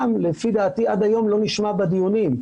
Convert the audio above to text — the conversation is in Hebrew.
לפי דעתי עד היום לא נשמע בדיונים.